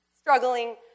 struggling